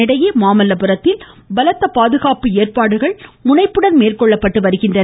இதனிடையே மாமல்லபுரத்தில் பலத்த பாதுகாப்பு ஏற்பாடுகள் முனைப்புடன் மேற்கொள்ளப்பட்டு வருகின்றன